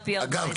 אגב,